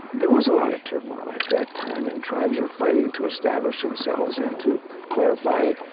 there was a lot of turmoil at that time, and tribes were fighting to establish themselves, and to clarify